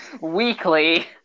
Weekly